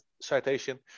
citation